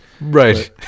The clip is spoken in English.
right